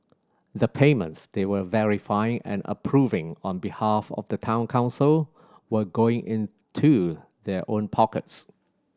the payments they were verifying and approving on behalf of the Town Council were going into their own pockets